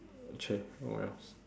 !chey! oh wells